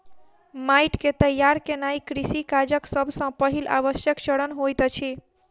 माइट के तैयार केनाई कृषि काजक सब सॅ पहिल आवश्यक चरण होइत अछि